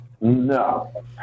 No